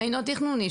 ואינו תכנוני,